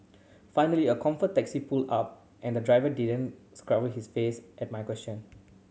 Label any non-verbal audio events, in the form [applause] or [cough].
finally a comfort taxi pulled up and the driver didn't [unintelligible] his face at my question